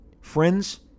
Friends